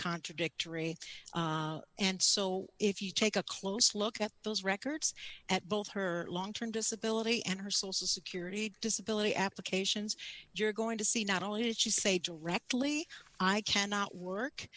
contradictory and so if you take a close look at those records at both her long term disability and her social security disability applications you're going to see not only did she say directly i cannot work